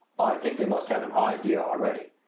think they must have an idea already.